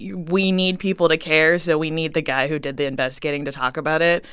yeah we need people to care, so we need the guy who did the investigating to talk about it.